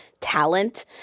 talent